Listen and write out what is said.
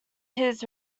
his